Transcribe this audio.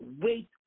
wait